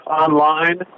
online